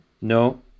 No